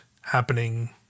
happening